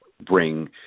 bring